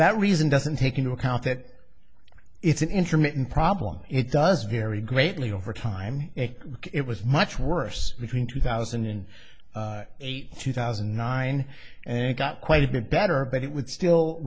that reason doesn't take into account that it's an intermittent problem it does vary greatly over time it was much worse between two thousand and eight two thousand and nine and got quite a bit better but it would still